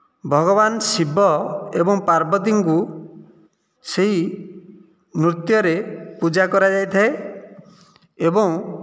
ଭଗବାନ ଶିବ ଏବଂ ପାର୍ବତୀଙ୍କୁ ସେହି ନୃତ୍ୟରେ ପୂଜା କରାଯାଇଥାଏ ଏବଂ